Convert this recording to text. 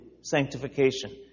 sanctification